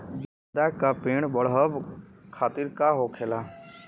गेंदा का पेड़ बढ़अब खातिर का होखेला?